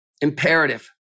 imperative